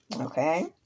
Okay